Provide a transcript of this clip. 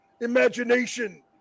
Imagination